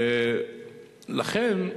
לכן,